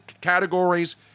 categories